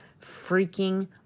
freaking